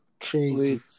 crazy